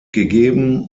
gegeben